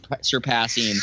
surpassing